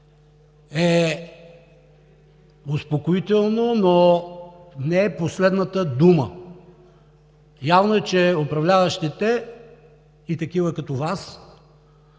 е успокоително, но не е последната дума. Явно е, че управляващите и такива като Вас